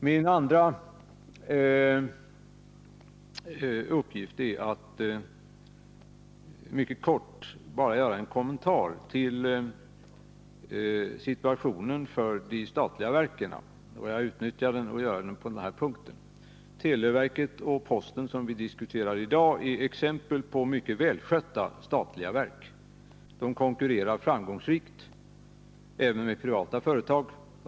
Mitt andra ärende är att mycket kortfattat kommentera situationen för de statliga verken. Televerket och postverket, som vi diskuterar i dag, är exempel på mycket välskötta statliga verk. De konkurrerar framgångsrikt även med privata företag.